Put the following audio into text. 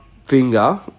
Finger